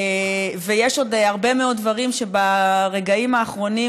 ויש עוד הרבה מאוד דברים שברגעים האחרונים